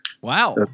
Wow